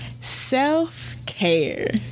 Self-care